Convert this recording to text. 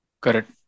Correct